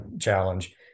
challenge